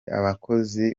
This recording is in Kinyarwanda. abakozi